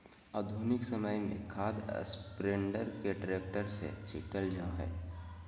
आधुनिक समय में खाद स्प्रेडर के ट्रैक्टर से छिटल जा हई